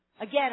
Again